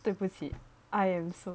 对不起 I am so